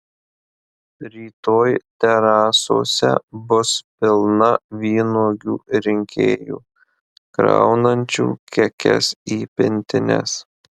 rytoj terasose bus pilna vynuogių rinkėjų kraunančių kekes į pintines